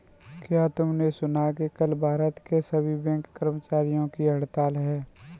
क्या तुमने सुना कि कल भारत के सभी बैंक कर्मचारियों की हड़ताल है?